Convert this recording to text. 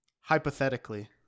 Hypothetically